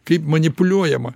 kaip manipuliuojama